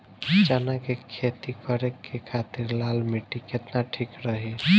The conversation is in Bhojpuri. चना के खेती करे के खातिर लाल मिट्टी केतना ठीक रही?